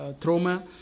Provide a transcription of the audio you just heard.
trauma